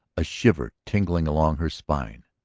a shiver tingling along her spine.